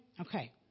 Okay